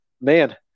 man